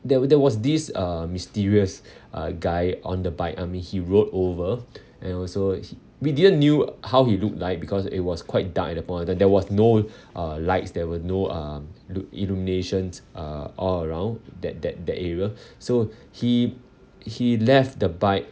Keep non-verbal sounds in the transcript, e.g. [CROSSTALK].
there w~ there was this uh mysterious [BREATH] uh guy on the bike I mean he rode over and also he we didn't knew how he looked like because it was quite dark at that point there there was no uh lights there were no um lu~ illuminations uh all around that that that area [BREATH] so he he left the bike